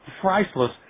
priceless